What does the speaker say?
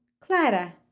clara